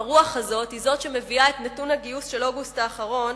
הרוח הזו היא זו שמביאה את נתון הגיוס של אוגוסט האחרון,